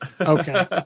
Okay